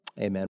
Amen